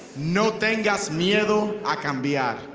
no tengas miedo a cambiar.